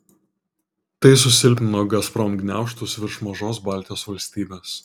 tai susilpnino gazprom gniaužtus virš mažos baltijos valstybės